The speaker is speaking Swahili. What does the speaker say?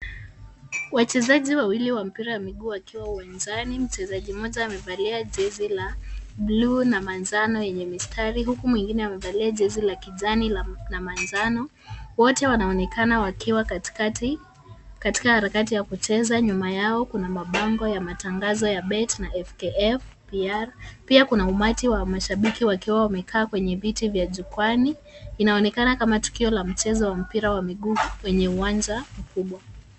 Wachezaji wawili wa mpira wa miguu wakiwa uwanjani. Mchezaji mmoja amevalia jezi la bluu na manjano yenye mistari, huku mwingine amevalia jezi la kijani na manjano. Wote wanaonekana wakiwa katikati, katika harakati ya kucheza, nyuma yao kuna mabango ya matangazo ya BET na FKF PR , pia kuna umati wa mashabiki wakiwa wamekaa kwenye viti vya jukwaani. Inaonekana kama tukio la mchezo wa mpira wa miguu kwenye uwanja mkubwa.